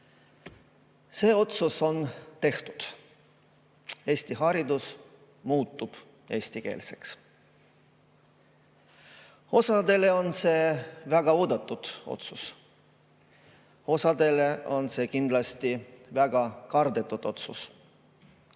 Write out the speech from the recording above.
See otsus on tehtud: Eesti haridus muutub eestikeelseks. Osadele on see väga oodatud otsus, osadele on see kindlasti väga kardetud otsus.